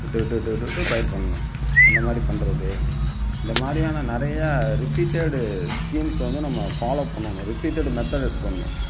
விட்டு விட்டு விட்டு விட்டு விட்டு பயிர் பண்ணணும் அந்த மாதிரி பண்ணுறது அந்த மாதிரியான நிறையா ரிப்பீட்டட்டு ஸ்கீம்ஸ் வந்து நம்ம ஃபாலோ பண்ணணும் ரிப்பீட்டட்டு மெத்தட் யூஸ் பண்ணணும்